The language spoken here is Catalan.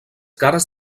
cares